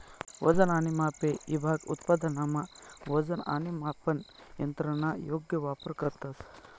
वजन आणि मापे ईभाग उत्पादनमा वजन आणि मापन यंत्रसना योग्य वापर करतंस